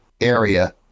area